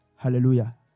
Hallelujah